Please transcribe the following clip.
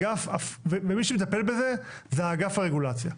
ומי שמטפל בזה זה אגף הרגולציה.